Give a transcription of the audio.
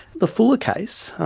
the fuller case,